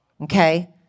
Okay